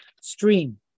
stream